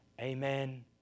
Amen